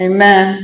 Amen